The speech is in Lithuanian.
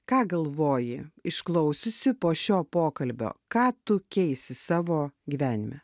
ką galvoji išklausiusi po šio pokalbio ką tu keisi savo gyvenime